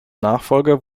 nachfolger